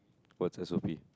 what's S_O_P